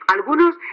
Algunos